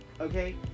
Okay